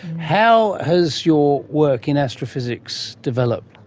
how has your work in astrophysics developed?